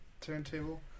turntable